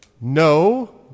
No